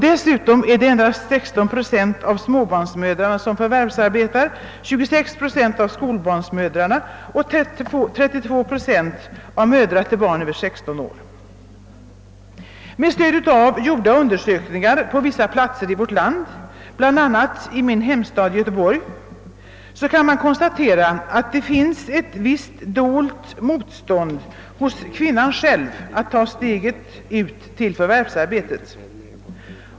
Dessutom är det endast 16 procent av småbarnsmödrarna som förvärvsarbetar, 26 procent av skolbarnsmödrarna och 32 procent av mödrar till barn över 16 år. Med stöd av gjorda undersökningar på vissa platser i vårt land, bl.a. i min hemstad Göteborg, kan man konstatera, att det finns ett visst dolt motstånd hos kvinnan själv att ta steget ut till förvärvsarbete.